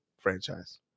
franchise